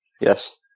Yes